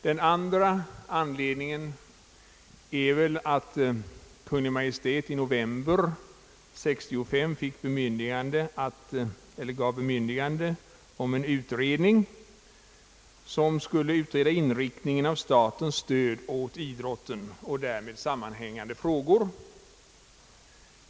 Den andra anledningen är väl att Kungl. Maj:t i november 1965 gav bemyndigande om en utredning beträffande inriktningen av statens stöd åt idrotten och därmed sammanhängande frågor.